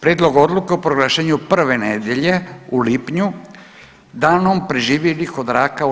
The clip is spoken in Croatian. Prijedlog odluke o proglašenju prve nedjelje u lipnju „Danom preživjelih od raka u RH“